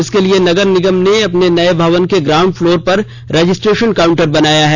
इसके लिए नगर निगम ने अपने नये भवन के ग्राउंड फ्लोर पर रजिस्ट्रेशन काउंटर बनाया है